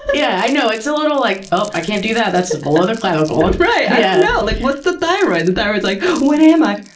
yeah, i know. it's a little like, oh, i can't do that. that's below the clavicle. right? yeah. like, what's the thyroid? the thyroid's like, what am i?